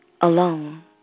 alone